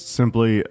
simply